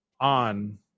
on